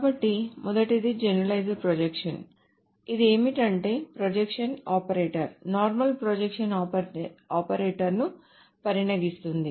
కాబట్టి మొదటిది generalized projection కాబట్టి అది ఏమిటంటే అది ప్రొజెక్షన్ ఆపరేటర్ నార్మల్ ప్రొజెక్షన్ ఆపరేటర్ను పరిగణిస్తుంది